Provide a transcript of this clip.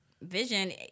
Vision